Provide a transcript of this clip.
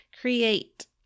create